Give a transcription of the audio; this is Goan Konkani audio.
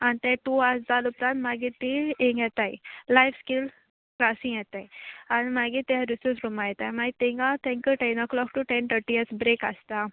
आनी ते टू आर्स जाले उपरांत मागीर ती हिंगां येताय लायफ स्किल्स क्लासी येताय आनी मागीर ते रिसर्च रुमा येताय मागी थिंगा तांकां ten o'clock to ten थटी असो ब्रेक आसता